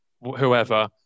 whoever